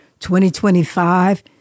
2025